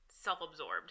self-absorbed